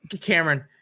Cameron